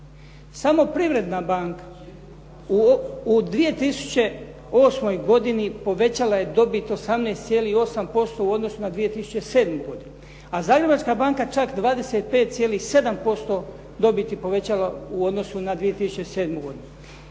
Samo Privredna banka u 2008. godini povećala je dobit 18,8% u odnosu na 2007. godinu, a Zagrebačka banka čak 25,7% dobiti povećala u odnosu na 2007. godinu.